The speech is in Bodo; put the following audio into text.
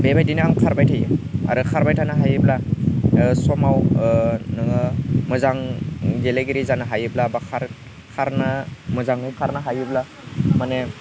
बेबायदिनो आं खारबाय थायो आरो खारबाय थानो हायोब्ला समाव नोङो मोजां गेलेगिरि जानो हायोब्ला बा खारनो मोजाङै खारनो हायोब्ला माने